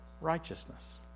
righteousness